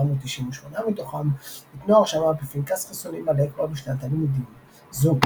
498 מתוכם התנו הרשמה בפנקס חיסונים מלא כבר בשנת הלימודים זו.